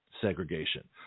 segregation